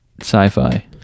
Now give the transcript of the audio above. sci-fi